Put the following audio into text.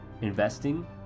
investing